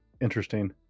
interesting